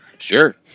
Sure